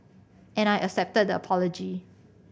and I accepted the apology